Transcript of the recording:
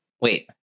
Wait